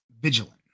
vigilant